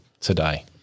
today